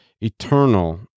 eternal